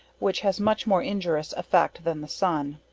which has much more injurious effect than the sun.